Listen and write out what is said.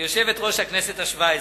ליושבת-ראש הכנסת השבע-עשרה: